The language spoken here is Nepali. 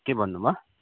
के भन्नुभयो